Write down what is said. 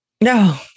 No